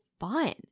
fun